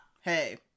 hey